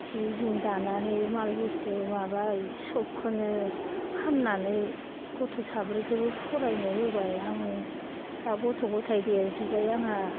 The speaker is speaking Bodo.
जि जुम दानानै माल बुस्थु माबा इ सबखौनो फाननानै गथ' साब्रैखोबो फरायनो होबाय आङो दा गथ' गथाय देरजोबबाय आंहा